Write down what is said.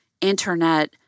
internet